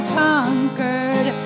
conquered